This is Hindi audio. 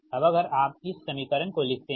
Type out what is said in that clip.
अब अगर आप इस समीकरण को लिखते हैं